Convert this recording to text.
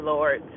Lord